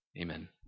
Amen